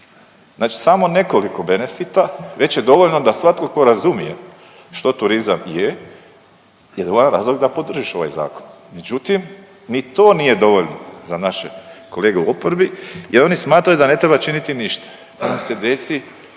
Znači samo nekoliko benefita, već je dovoljno da svatko tko razumije što turizam je je dovoljan razlog da podržiš ovaj Zakon. Međutim, ni to nije dovoljno za naše kolege u oporbi jer oni smatraju da ne treba činiti ništa, da se